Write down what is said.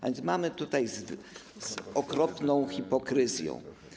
A więc mamy tutaj okropną hipokryzję.